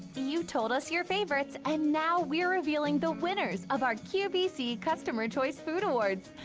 you told us your favorites. and now we're revealing the winners of our qvc customer choice food awards.